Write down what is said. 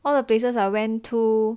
all the places I went to